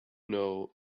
know